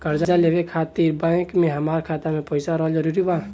कर्जा लेवे खातिर बैंक मे हमरा खाता मे पईसा रहल जरूरी बा?